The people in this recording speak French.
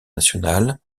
national